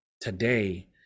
today